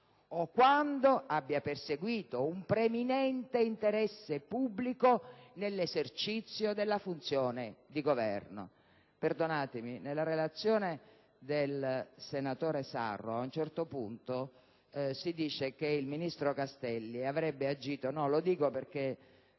o quando abbia perseguito un preminente interesse pubblico nell'esercizio della funzione di governo. Perdonatemi, ma nella relazione del senatore Sarro, a un certo punto, si dice che il ministro Castelli avrebbe agito per